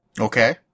Okay